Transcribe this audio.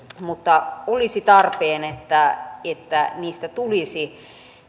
mutta olisi tarpeen että että niistä tulisi